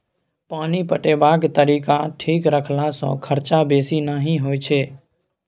पानि पटेबाक तरीका ठीक रखला सँ खरचा बेसी नहि होई छै